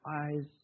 eyes